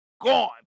gone